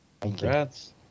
Congrats